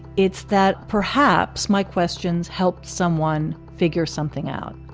it's that perhaps my questions helped someone figure something out.